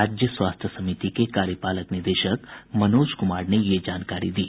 राज्य स्वास्थ्य समिति के कार्यपालक निदेशक मनोज कुमार ने ये जानकारी दी